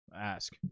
Ask